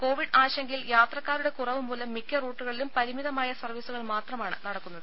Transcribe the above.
Covid ആശങ്കയിൽ യാത്രക്കാരുടെ കുറവ് മൂലം മിക്ക റൂട്ടുകളിലും പരിമിതമായ സർവ്വീസുകൾ മാത്രമാണ് നടക്കുന്നത്